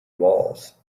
walls